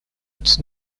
its